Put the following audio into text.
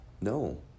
No